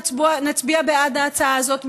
נצביע בעד ההצעה הזאת,